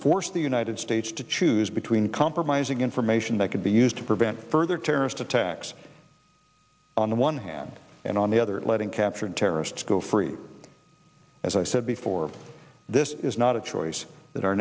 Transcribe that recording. force the united states to choose between compromising information that could be used to prevent further terrorist attacks on the one hand and on the other letting captured terrorists go free as i said before this is not a choice that our